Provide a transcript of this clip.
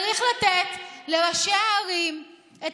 צריך לתת לראשי הערים את